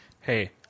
Hey